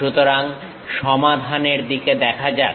সুতরাং সমাধানের দিকে দেখা যাক